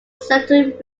certain